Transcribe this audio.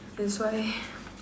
that's why